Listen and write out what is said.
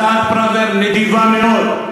הצעת פראוור נדיבה מאוד,